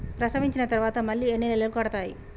ప్రసవించిన తర్వాత మళ్ళీ ఎన్ని నెలలకు కడతాయి?